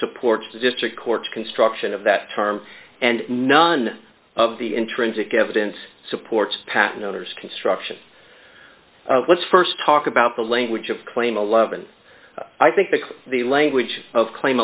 supports the district court's construction of that term and none of the intrinsic evidence supports patent owners construction let's st talk about the language of claim eleven i think that the language of claim